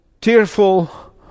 tearful